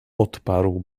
odparł